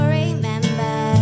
remember